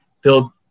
build